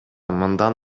мындан